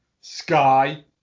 sky